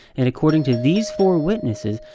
and according to these four witnesses,